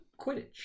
Quidditch